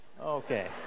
okay